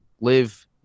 live